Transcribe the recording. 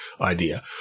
idea